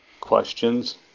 questions